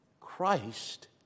Christ